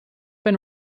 been